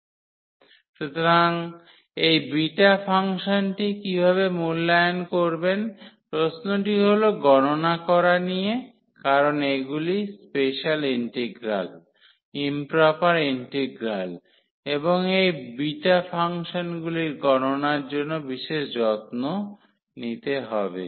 এবং সুতরাং এই বিটা ফাংশনটি কীভাবে মূল্যায়ন করবেন প্রশ্নটি হল গণনা করা নিয়ে কারণ এগুলি স্পেশাল ইন্টিগ্রাল ইম্প্রপার ইন্টিগ্রাল এবং এই বিটা ফাংশনগুলি গণনার জন্য বিশেষ যত্ন নিতে হবে